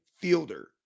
fielder